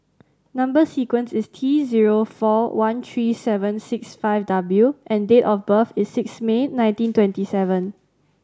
number sequence is T zero four one three seven six five W and date of birth is six May nineteen twenty seven